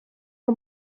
her